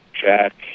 Jack